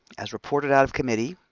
as reported out of committee,